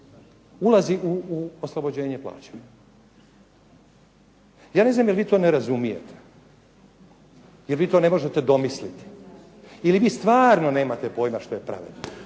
ulazi u oslobođenje plaće. Ja ne znam jel' vi to ne razumijete? Jel' vi to ne možete domisliti? Ili vi stvarno nemate pojma što je pravednost?